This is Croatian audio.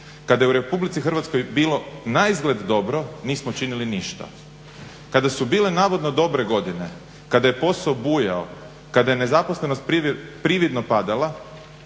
kada je u RH bilo naizgled dobro nismo činili ništa. Kada su bile navodno dobre godine, kada je posao bujao, kada je nezaposlenost prividno padala